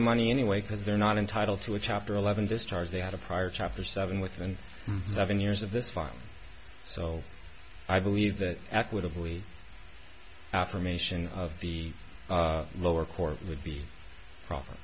the money anyway because they're not entitled to a chapter eleven discharge they had a prior chapter seven within seven years of this fund so i believe that equitably affirmation of the lower court would be a pro